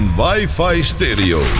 wifi-stereo